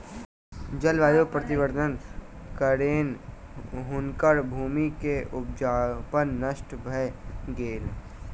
जलवायु परिवर्तनक कारणेँ हुनकर भूमि के उपजाऊपन नष्ट भ गेलैन